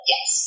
Yes